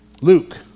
Luke